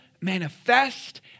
manifest